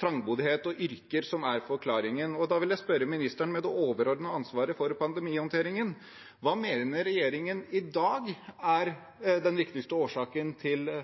trangboddhet og yrker som er forklaringen. Da vil jeg spørre ministeren med det overordnede ansvaret for pandemihåndteringen: Hva mener regjeringen i dag er den viktigste årsaken til